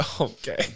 Okay